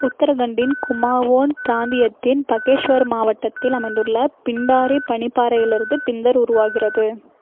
உத்தரகண்டின் குமாவோன் பிராந்தியத்தின் பகேஷ்வர் மாவட்டத்தில் அமைந்துள்ள பிண்டாரி பனிப்பாறையிலிருந்து பிந்தர் உருவாகிறது